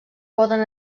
poden